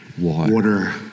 water